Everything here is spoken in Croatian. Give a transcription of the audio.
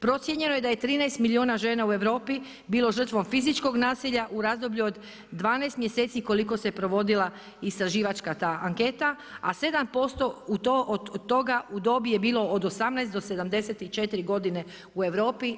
Procijenjeno je da je 13 milijuna žena u Europi bilo žrtvom fizičkog nasilja u razdoblju od 12 mjeseci koliko se provodila istraživačka ta anketa, a 7% od toga u dobi je bilo od 18 do 74 godine u Europi.